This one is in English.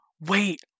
wait